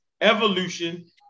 evolution